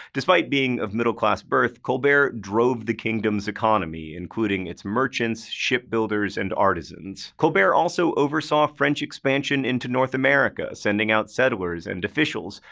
despite being of middle-class birth, birth, colbert drove the kingdom's economy including its merchants, shipbuilders and artisans. colbert also oversaw french expansion into north america sending out settlers and officials,